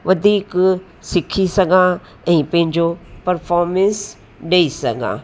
वधीक सिखी सघां ऐं पंहिंजो पर्फ़ोरमंस ॾेई सघां